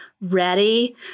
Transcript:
ready